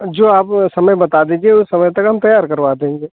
जो आप समय बता दीजिए समय पर हम तैयार करवा देंगे